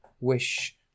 wish